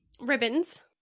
Ribbons